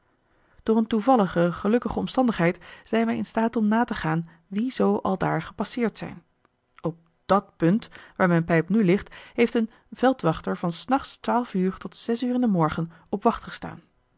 door een toevallige gelukkige omstandigheid zijn wij in staat om na te gaan wie zoo aldaar gepasseerd zijn op dat punt waar mijn pijp nu ligt heeft een veldwachter van s nachts twaalf uur tot zes uur in den morgen